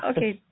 Okay